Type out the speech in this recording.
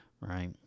right